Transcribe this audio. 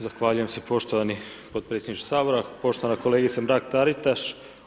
Zahvaljujem se poštovani podpredsjedniče Sabora, poštovana kolegice Mrak-Taritaš.